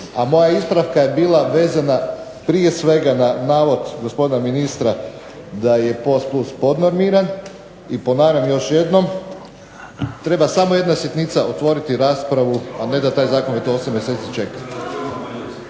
a moja ispravka je bila vezana prije svega na navod gospodina ministra da je POS+ podnormiran i ponavljam još jednom, treba samo jedna sitnica otvoriti raspravu, a ne da taj zakon već to 8 mjeseci čeka.